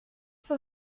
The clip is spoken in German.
vor